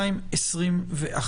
התשפ"א-2021.